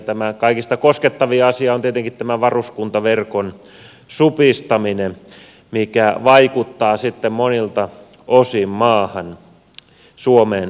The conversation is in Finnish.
tämä kaikista koskettavin asia on tietenkin tämä varuskuntaverkon supistaminen mikä vaikuttaa monilta osin maahan suomeen